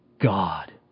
God